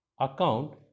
account